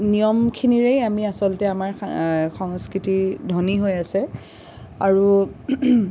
নিয়মখিনিৰেই আমি আচলতে আমাৰ সংস্কৃতি ধনী হৈ আছে আৰু